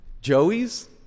joey's